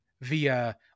via